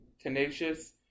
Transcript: tenacious